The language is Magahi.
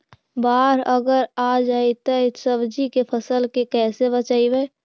बाढ़ अगर आ जैतै त सब्जी के फ़सल के कैसे बचइबै?